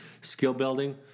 skill-building